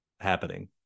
happening